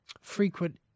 frequent